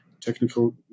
technical